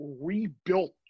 rebuilt